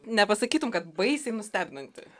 nepasakytum kad baisiai nustebinanti